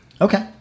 Okay